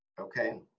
Okay